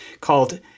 called